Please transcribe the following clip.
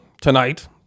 tonight